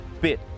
bit